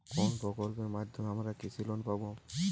কোন প্রকল্পের মাধ্যমে আমরা কৃষি লোন পাবো?